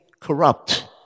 corrupt